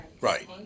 Right